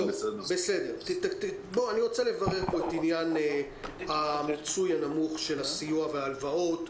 אני רוצה לברר את עניין המיצוי הנמוך של הסיוע וההלוואות.